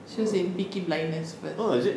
she was in peaky blinders first